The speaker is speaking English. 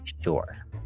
Sure